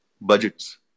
Budgets